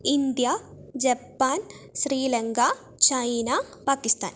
India Japan Sri Lanka China Pakistan